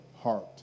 heart